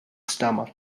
stomach